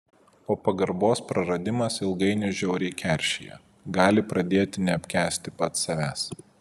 o pagarbos praradimas ilgainiui žiauriai keršija gali pradėti neapkęsti pats savęs